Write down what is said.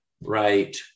right